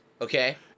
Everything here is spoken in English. Okay